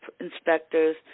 inspectors